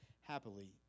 happily